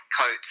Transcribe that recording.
coats